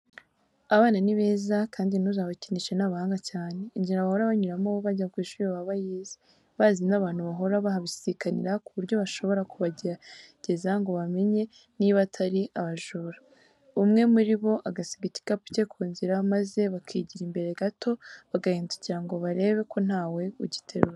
Abana ni beza kandi ntuzabakinishe ni abahanga cyane, inzira bahora banyuramo bajya ku ishuri baba bayizi, bazi n'abantu bahora bahabisikanira ku buryo bashobora kubagerageza ngo bamenye niba atari abajura, umwe muri bo agasiga igikapu cye ku nzira, maze bakigira imbere gato, bagahindukira ngo barebe ko ntawe ugiterura.